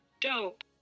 dope